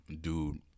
dude